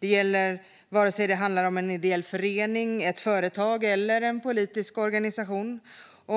Det gäller oavsett om det handlar om en ideell förening, ett företag eller en politisk organisation.